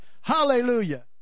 Hallelujah